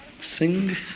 sing